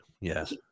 Yes